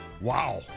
Wow